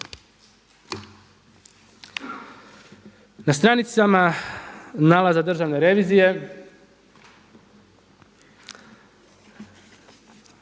Na stranicama nalaza državne revizije,